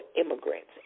Immigrants